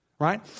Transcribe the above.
right